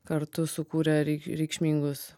kartu sukūrė rei reikšmingus